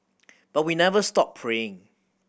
but we never stop praying